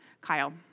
Kyle